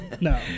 No